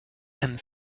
and